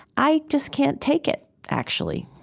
i just can't take it actually,